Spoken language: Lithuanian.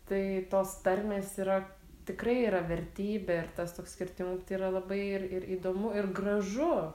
tai tos tarmės yra tikrai yra vertybė ir tas toks skirtingų tai yra labai ir ir įdomu ir gražu